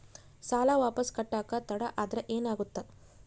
ಸಾಲ ವಾಪಸ್ ಕಟ್ಟಕ ತಡ ಆದ್ರ ಏನಾಗುತ್ತ?